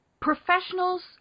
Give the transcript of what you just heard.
Professionals